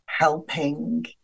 helping